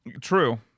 True